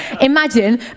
imagine